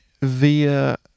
via